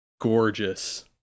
gorgeous